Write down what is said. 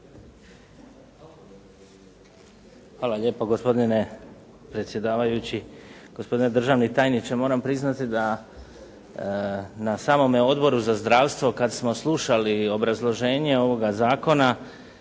Hvala lijepa gospodine predsjedavajući. Gospodine državni tajniče moram priznati da na samome Odboru za zdravstvo kada smo slušali obrazloženje ovoga zakona